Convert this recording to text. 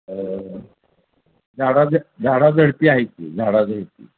झाडाझड झाडाझडती आहे की झाडाझडती